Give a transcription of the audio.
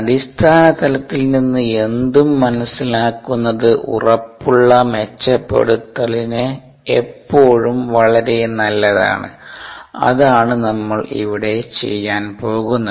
അടിസ്ഥാന തലത്തിൽ നിന്ന് എന്തും മനസിലാക്കുന്നത് ഉറപ്പുള്ള മെച്ചപ്പെടുത്തലിന് എപ്പോഴും വളരെ നല്ലതാണ് അതാണ് നമ്മൾ ഇവിടെ ചെയ്യാൻ പോകുന്നത്